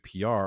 PR